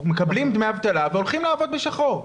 הם מקבלים דמי אבטלה והולכים לעבוד בשחור,